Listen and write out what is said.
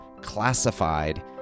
classified